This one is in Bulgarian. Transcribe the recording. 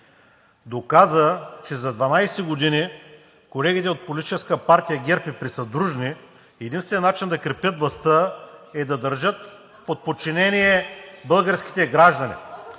Доказа, че за 12 години колегите от Политическа партия ГЕРБ и присъдружни единственият начин да крепят властта е да държат под подчинение българските граждани.